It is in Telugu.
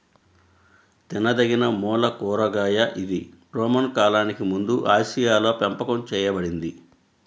తినదగినమూల కూరగాయ ఇది రోమన్ కాలానికి ముందుఆసియాలోపెంపకం చేయబడింది